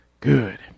Good